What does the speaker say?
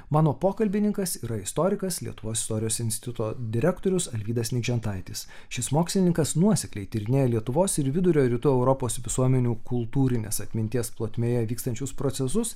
mano pokalbininkas yra istorikas lietuvos istorijos instituto direktorius alvydas nikžentaitis šis mokslininkas nuosekliai tyrinėja lietuvos ir vidurio rytų europos visuomenių kultūrinės atminties plotmėje vykstančius procesus